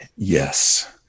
Yes